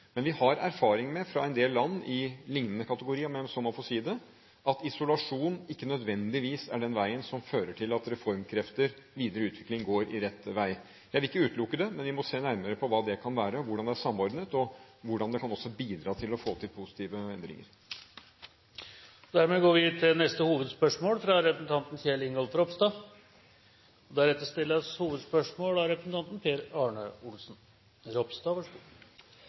Men vi har erfaring med fra en del land i lignende kategori – om jeg så må få si det – at isolasjon ikke nødvendigvis er den veien som fører til at reformkrefter, videre utvikling, går rett vei. Jeg vil ikke utelukke det, men vi må se nærmere på hva det kan være, hvordan det er samordnet, og hvordan det også kan bidra til å få til positive endringer. Vi går til neste hovedspørsmål. Jeg har et spørsmål til justisministeren. Et samlet storting har vært opptatt av